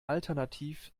alternativ